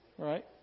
Right